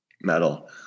metal